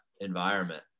environment